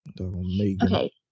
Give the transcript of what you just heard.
okay